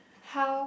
how